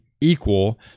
equal